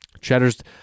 Cheddar's